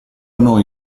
noi